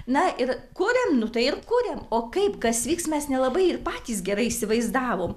na ir kuriam nu tai ir kuriam o kaip kas vyks mes nelabai ir patys gerai įsivaizdavom